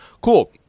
Cool